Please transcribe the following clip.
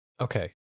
Okay